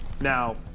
Now